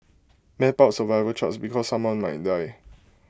map out survival charts because someone might die